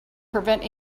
prevent